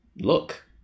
look